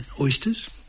Oysters